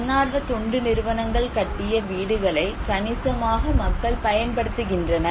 தன்னார்வ தொண்டு நிறுவனங்கள் கட்டிய வீடுகளை கணிசமாக மக்கள் பயன்படுத்துகின்றனர்